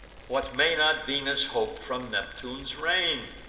what may not venus hope from neptune's reign?